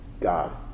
God